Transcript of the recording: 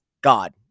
God